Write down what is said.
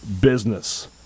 business